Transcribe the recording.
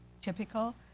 typical